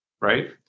Right